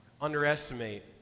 underestimate